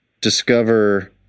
discover